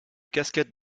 casquette